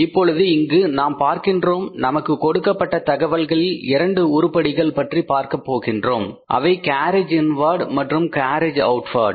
இப்பொழுது இங்கு நாம் பார்க்கின்றோம் நமக்கு கொடுக்கப்பட்ட தகவல்களில் இரண்டு உருப்படிகளை பற்றி பார்க்கின்றோம் அவை கேரேஜ் இன் வார்டு மற்றும் கேரேஜ் அவுட் வார்டு